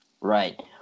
Right